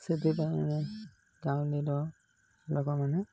ସେଥିପାଇଁ ଗାଁଉଲିର ଲୋକମାନେ